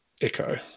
echo